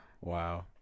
Wow